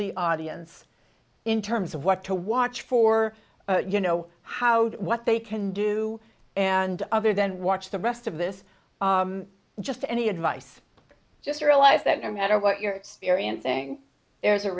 the audience in terms of what to watch for you know how what they can do and other than watch the rest of this just any advice or just realize that no matter what you're experiencing there's a